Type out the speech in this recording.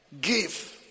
give